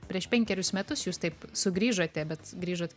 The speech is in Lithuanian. prieš penkerius metus jūs taip sugrįžote bet grįžot